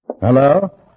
Hello